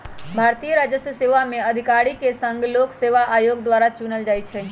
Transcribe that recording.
भारतीय राजस्व सेवा में अधिकारि के संघ लोक सेवा आयोग द्वारा चुनल जाइ छइ